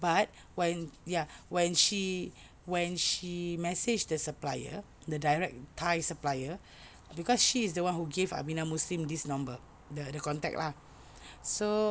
but when ya when she when she messaged the supplier the direct Thai supplier cause she is the one who gave Aminah Muslim this number the contact lah so